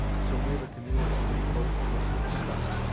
so near the canoe as to make both the listeners start.